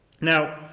Now